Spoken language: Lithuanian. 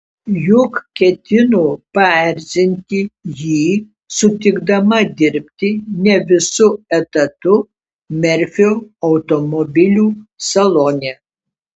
juk ketino paerzinti jį sutikdama dirbti ne visu etatu merfio automobilių salone